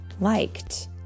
liked